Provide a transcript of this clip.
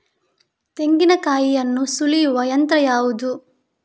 ತೆಂಗಿನಕಾಯಿಯನ್ನು ಸುಲಿಯುವ ಯಂತ್ರ ಯಾವುದು?